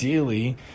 ideally